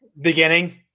Beginning